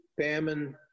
famine